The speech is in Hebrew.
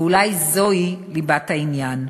ואולי זוהי ליבת העניין.